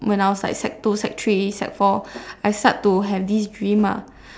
when I was like sec two sec three sec four I start to have these dreams lah